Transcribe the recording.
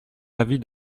l’avis